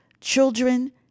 children